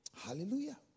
Hallelujah